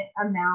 amount